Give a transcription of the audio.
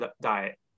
diet